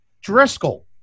Driscoll